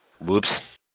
Whoops